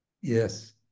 Yes